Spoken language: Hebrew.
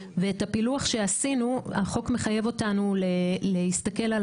הפילוח שעשינו החוק מחייב אותנו להסתכל על